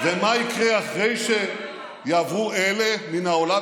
ומה יקרה אחרי שיעברו אלה מן העולם?